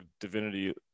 divinity